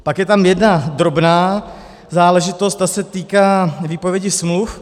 Pak je tam jedna drobná záležitost, týká se výpovědi smluv.